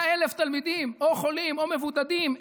100,000 תלמידים או חולים או מבודדים,